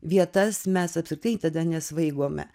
vietas mes apskritai tada nesvaigome